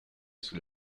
sous